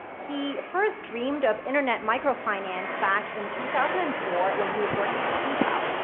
he first dreamed of internet microfinance back in two thousand and four when he was working at paypal.